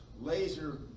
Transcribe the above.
laser